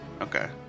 Okay